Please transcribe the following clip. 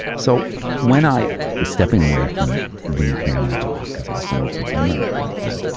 so when i was stepping away from being a family doc, because i was going for a bone marrow transplant,